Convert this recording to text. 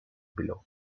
below